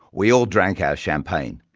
we all drank our champagne,